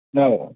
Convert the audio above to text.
औ